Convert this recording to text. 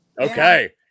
Okay